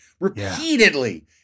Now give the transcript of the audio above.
repeatedly